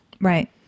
right